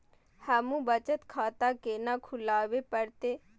हमू बचत खाता केना खुलाबे परतें?